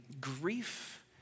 grief